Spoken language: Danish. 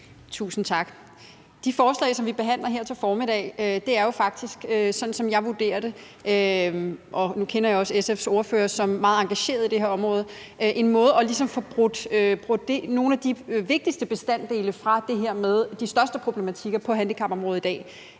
Tusind tak. De forslag, vi behandler her til formiddag, er jo faktisk, sådan som jeg vurderer det – og nu kender jeg også SF's ordfører som meget engageret i det her område – en måde ligesom at få brudt nogle af de vigtigste bestanddele af de største problematikker på handicapområdet i dag